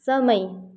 समय